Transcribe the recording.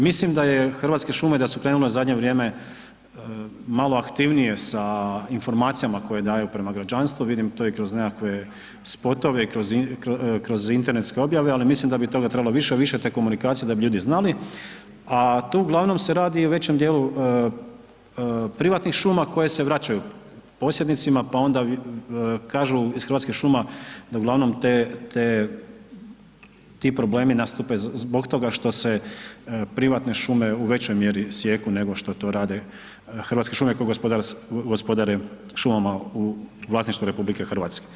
Mislim da je, Hrvatske šume da su krenule u zadnje vrijeme malo aktivnije sa informacijama koje daju prema građanstvu, vidim to i kroz nekakve spotove, i kroz internetske objave, ali mislim da bi toga trebalo više, više te komunikacije da bi ljudi znali, a tu uglavnom se radi i o većem dijelu privatnih šuma koje se vraćaju posjednicima, pa onda kažu iz Hrvatskih šuma da uglavnom te, ti problemi nastupe zbog toga što se privatne šume u većoj mjeri sijeku nego što to rade Hrvatske šume koje gospodare šumama u vlasništvu Republike Hrvatske.